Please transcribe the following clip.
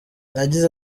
yagize